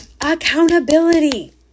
Accountability